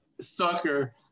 sucker